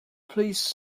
please